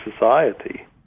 society